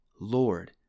Lord